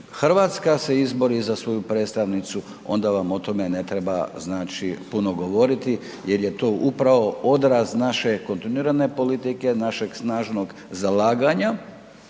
Hrvatska se izbori za svoju predstavnicu onda vam o tome ne treba znači puno govoriti jer je to upravo odraz naše kontinuirane politike, našeg snažnog zalaganja,